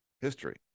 history